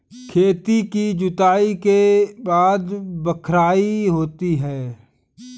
खेती की जुताई के बाद बख्राई होती हैं?